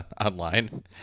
online